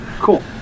Cool